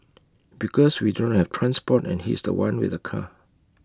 because we do not have transport and he's The One with the car